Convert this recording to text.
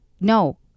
no